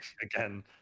again